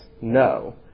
No